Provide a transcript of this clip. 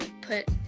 put